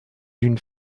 une